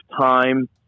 time